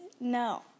No